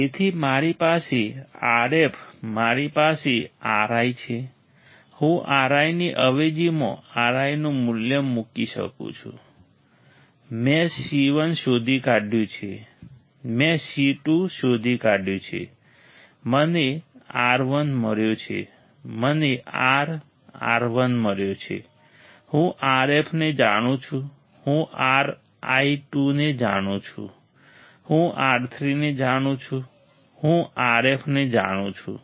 તેથી મારી પાસે Rf મારી પાસે Ri છે હું Ri ની અવેજીમાં Ri નું મૂલ્ય મૂકી શકું છું મેં C1 શોધી કાઢ્યું છે મેં C2 શોધી કાઢ્યું છે મને R1 મળ્યો છે મને R RI મળ્યો છે હું Rf ને જાણું છું હું Ri2 ને જાણું છું હું R3 ને જાણું છું હું Rf ને જાણું છું